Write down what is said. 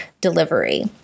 delivery